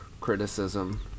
criticism